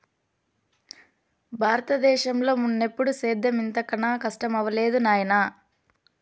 బారత దేశంలో మున్నెప్పుడూ సేద్యం ఇంత కనా కస్టమవ్వలేదు నాయనా